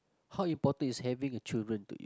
how important is having a children to you